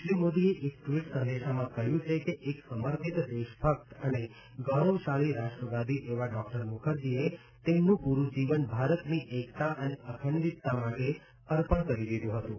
શ્રી મોદીએ એક ટ્વીટ સંદેશામાં કહ્યું છે કે એક સમર્પિત દેશ ભક્ત અને ગૌરવશાળી રાષ્ટ્રવાદી એવા ડોકટર મુખર્જીએ તેમનું પૂરૂં જીવન ભારતની એકતા અને અખંડિતતા માટે અર્પણ કરી દીધું હતું